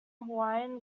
hawaiian